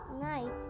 night